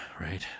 right